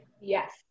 Yes